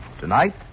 Tonight